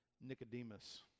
Nicodemus